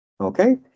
okay